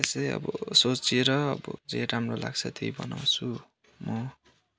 त्यस्तै अब सोचेर अब जे राम्रो लाग्छ त्यही बनाउँछु म